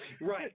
right